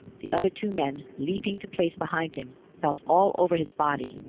the other two men, leaping to place behind him, felt all over his body,